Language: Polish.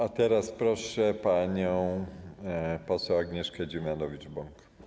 A teraz proszę panią poseł Agnieszkę Dziemianowicz-Bąk.